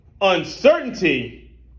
Uncertainty